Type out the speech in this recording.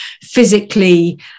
physically